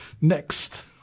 next